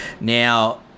Now